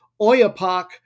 Oyapak